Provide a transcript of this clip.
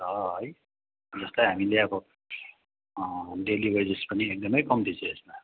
छ है जसलाई हामीले अब डेली वेजेस पनि एकदम कम्ती छ यसमा